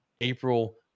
April